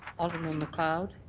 alderman macleod.